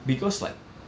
because like